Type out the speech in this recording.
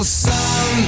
sun